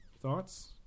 thoughts